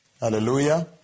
Hallelujah